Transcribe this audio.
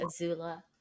Azula